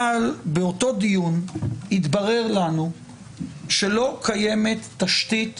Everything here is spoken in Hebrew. אבל באותו דיון התברר לנו שלא קיימת תשתית